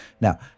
Now